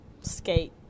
Skate